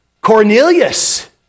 Cornelius